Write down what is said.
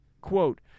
Quote